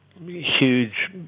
huge